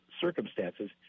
circumstances